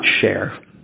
share